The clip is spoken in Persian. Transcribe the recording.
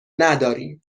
نداریم